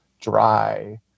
dry